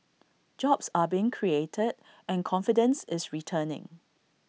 jobs are being created and confidence is returning